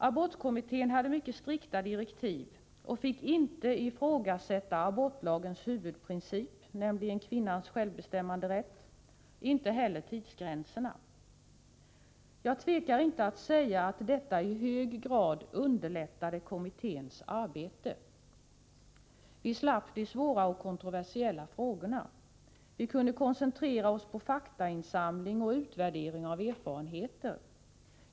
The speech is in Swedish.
Abortkommittén hade mycket strikta direktiv och fick inte ifrågasätta abortlagens huvudprincip, nämligen kvinnans självbestämmanderätt, och inte heller tidsgränserna. Jag tvekar inte att säga att detta i hög grad underlättade kommitténs arbete. Vi slapp de svåra och kontroversiella frågorna. Vi kunde koncentrera oss på faktainsamling och utvärdering av erfarenheter.